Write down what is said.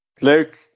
Luke